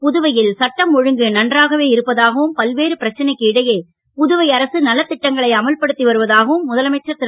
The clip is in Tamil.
புதுவையில் சட்டம் ஒழுங்கு நன்றாகவே இருப்பதாகவும் பல்வேறு பிரச்சனைக்கு இடையே புதுவை அரசு நலத்திட்டங்களை அமல் படுத்தி வருவதாகவும் முதலமைச்சர் திரு